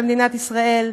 במדינת ישראל,